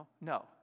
No